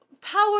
power